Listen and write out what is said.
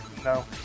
No